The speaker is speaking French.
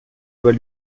doit